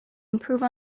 improve